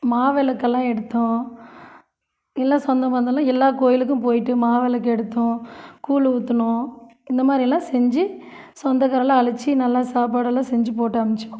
மாவிளக்கு எல்லாம் எடுத்தோம் எல்லா சொந்தபந்தம் எல்லா கோயிலுக்கும் போய்விட்டு மாவிளக்கு எடுத்தோம் கூழு ஊற்றினோம் இந்தமாதிரிலாம் செஞ்சு சொந்தக்காரங்களை அழைத்து நல்லா சாப்பாடெலாம் செஞ்சு போட்டு அனுப்பிச்சோம்